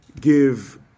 give